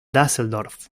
düsseldorf